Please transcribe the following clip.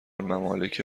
ممالک